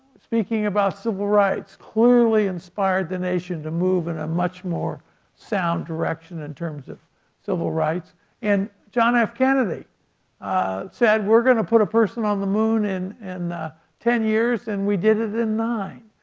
speaking about civil rights clearly inspired the nation to move in a much more sound direction in terms of civil rights and john f. kennedy said we're going to put a person on the moon in and ten years and we did it in nine.